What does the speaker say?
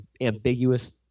ambiguous